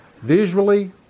Visually